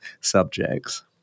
subjects